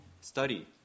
study